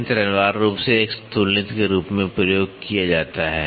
यंत्र अनिवार्य रूप से एक तुलनित्र के रूप में प्रयोग किया जाता है